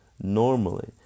normally